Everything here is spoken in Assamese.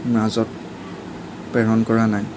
মাজত প্ৰেৰণ কৰা নাই